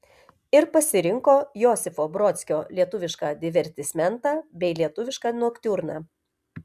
ir pasirinko josifo brodskio lietuvišką divertismentą bei lietuvišką noktiurną